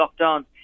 lockdown